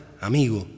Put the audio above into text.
amigo